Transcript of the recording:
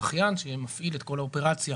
זכיין שמפעיל את כל האופרציה